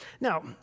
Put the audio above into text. Now